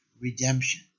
redemption